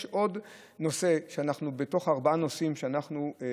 יש עוד נושא בתוך ארבעת הנושאים שמשרד